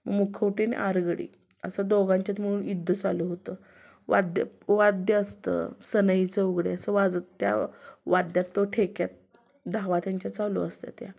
मुखवटे नं आरगडी असं दोघांच्यात म्हणून युद्ध चालू होतं वाद्य वाद्य असतं सनई चौघडे असं वाजत त्या वाद्यात तो ठेक्यात धावा त्यांच्या चालू असतात